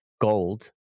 gold